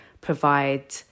provide